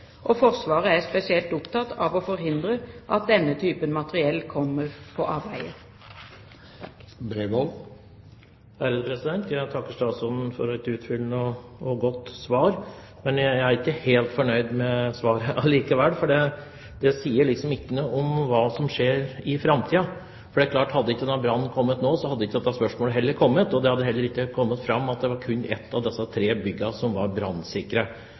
og Forsvaret er spesielt opptatt av å forhindre at denne typen materiell kommer på avveie. Jeg takker statsråden for et utfyllende og godt svar. Men jeg er ikke helt fornøyd med svaret allikevel, for det sier liksom ikke noe om hva som skjer i framtiden. Det er klart at hadde ikke denne brannen kommet nå, hadde heller ikke dette spørsmålet kommet, og det hadde heller ikke kommet fram at det var kun ett av disse tre byggene som var